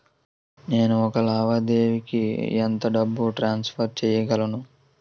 నేను ఒక లావాదేవీకి ఎంత డబ్బు ట్రాన్సఫర్ చేయగలను?